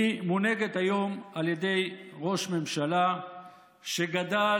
מונהגת היום על ידי ראש ממשלה שגדל